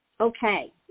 Okay